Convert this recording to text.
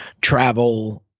travel